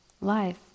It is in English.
life